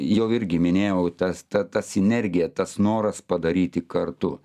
jau irgi minėjau tas ta ta sinergija tas noras padaryti kartu